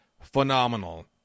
phenomenal